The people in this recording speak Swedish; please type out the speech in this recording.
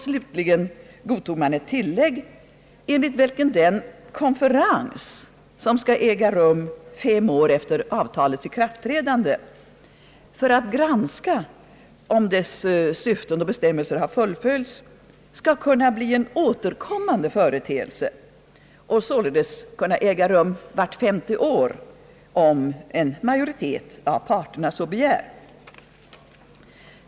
Slutligen godtog man ett tillägg enligt vilket den konferens, som skall hållas fem år efter avtalets ikraftträdande för att granska om avtalets syften och bestämmelser fullföljts, skall kunna bli en återkommande företeelse och således äga rum vart femte år om en majoritet av parterna så begär.